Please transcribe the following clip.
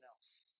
else